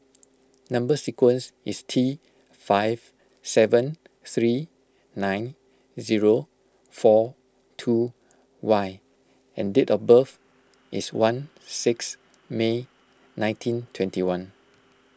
Number Sequence is T five seven three nine zero four two Y and date of birth is one six May nineteen twenty one